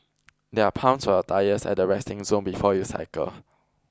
there are pumps for your tyres at the resting zone before you cycle